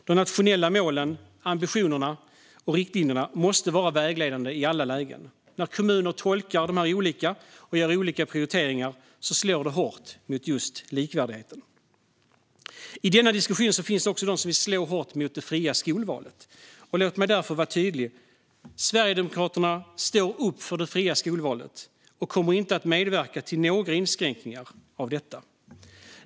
De nationella målen, ambitionerna och riktlinjerna måste vara vägledande i alla lägen. När kommuner tolkar dessa olika och gör olika prioriteringar slår det hårt mot just likvärdigheten. I denna diskussion finns det de som vill slå hårt mot det fria skolvalet. Låt mig därför vara tydlig: Sverigedemokraterna står upp för det fria skolvalet och kommer inte att medverka till några inskränkningar av detta.